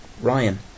Ryan